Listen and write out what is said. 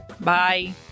Bye